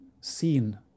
seen